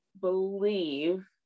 believe